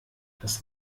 das